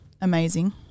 amazing